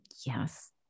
Yes